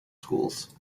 schools